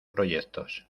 proyectos